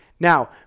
Now